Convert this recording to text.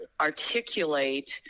articulate